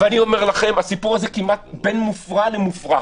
ואני אומר לכם, הסיפור הזה בין מופרע למופרך,